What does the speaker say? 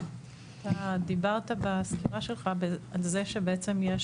אתה דיברת בסקירה שלך על זה שבעצם יש